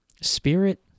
Spirit